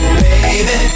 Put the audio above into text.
baby